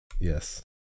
Yes